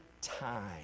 time